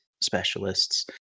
specialists